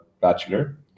bachelor